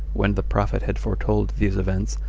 when the prophet had foretold these events,